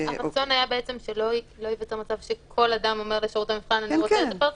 הרצון היה שלא ייווצר מצב שכל אדם אומר לשירות המבחן שהוא רוצה פרטני,